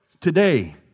today